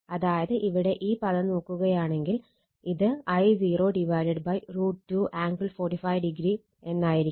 അതായത് ഇവിടെ ഈ പദം നോക്കുകയാണെങ്കിൽ ഇത് I0 √ 2 ആംഗിൾ 45° എന്നാവും